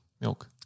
milk